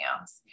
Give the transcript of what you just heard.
else